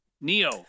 Neo